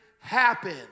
happen